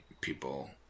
people